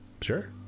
Sure